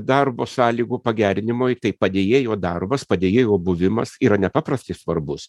darbo sąlygų pagerinimui tai padėjėjo darbas padėjėjo buvimas yra nepaprastai svarbus